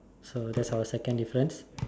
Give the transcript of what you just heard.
so that's our second difference